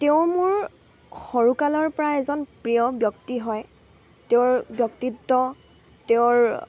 তেওঁ মোৰ সৰুকালৰ পৰা এজন প্ৰিয় ব্যক্তি হয় তেওঁৰ ব্যক্তিত্ব তেওঁৰ